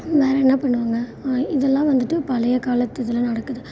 வேறு என்ன பண்ணுவாங்க இதெல்லாம் வந்துட்டு பழைய காலத்து இதெல்லாம் நடக்குது